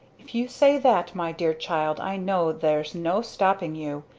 if you say that, my dear child, i know there's no stopping you.